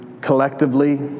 collectively